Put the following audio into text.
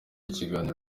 ikiganiro